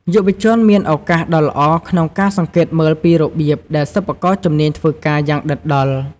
យុវជនមានឱកាសដ៏ល្អក្នុងការសង្កេតមើលពីរបៀបដែលសិប្បករជំនាញធ្វើការ យ៉ាងដិតដល់។